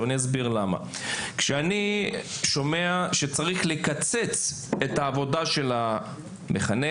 אסביר למה: כשאני שומע שצריך לקצץ את העבודה של המחנכת-מטפלת,